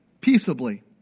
Peaceably